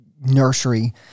nursery